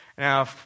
Now